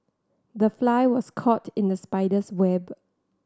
the fly was caught in the spider's web